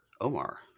Omar